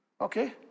Okay